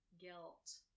guilt